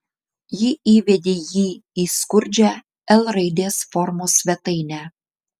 ji įvedė jį į skurdžią l raidės formos svetainę